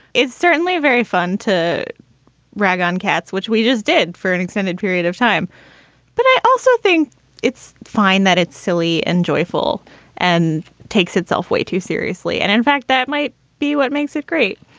it's certainly very fun to rag on cats, which we just did for an extended period of time but i also think it's fine that it's silly and joyful and takes itself way too seriously. and in fact, that might be what makes it great.